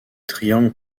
triangle